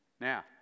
now